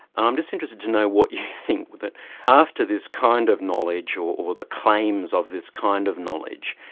i'm just interested to know what you think, that after this kind of knowledge or or the claims of this kind of knowledge,